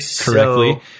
correctly